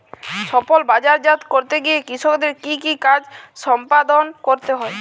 ফসল বাজারজাত করতে গিয়ে কৃষককে কি কি কাজ সম্পাদন করতে হয়?